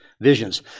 visions